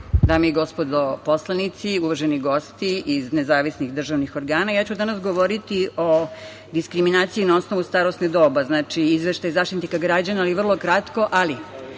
i gospodo poslanici, uvaženi gosti iz nezavisnih državnih organa, danas ću govoriti o diskriminaciji na osnovu starosnog doba, znači, Izveštaj Zaštitnika građana, ali vrlo kratko. Pre